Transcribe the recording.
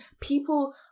People